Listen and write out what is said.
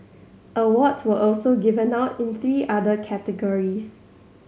awards were also given out in three other categories